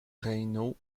reynaud